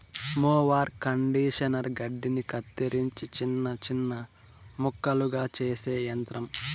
mower conditioner గడ్డిని కత్తిరించి చిన్న చిన్న ముక్కలుగా చేసే యంత్రం